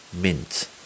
Mint